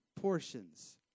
portions